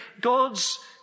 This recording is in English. God's